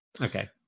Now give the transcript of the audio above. Okay